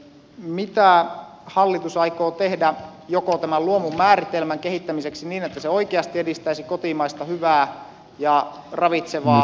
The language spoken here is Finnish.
mitä hallitus aikoo tehdä joko tämän luomumääritelmän kehittämiseksi niin että se oikeasti edistäisi kotimaista hyvää ja ravitsevaa